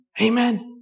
Amen